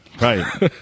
Right